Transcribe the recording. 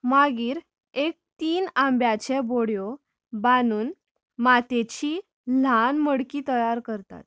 मागीर एक तीन आंब्याचे बडयो बांदून मातयेची ल्हान मडकी तयार करतात